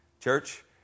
Church